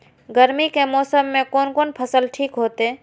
गर्मी के मौसम में कोन कोन फसल ठीक होते?